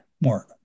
more